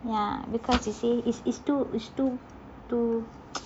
ya because they say is is too is too too